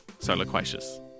Soloquacious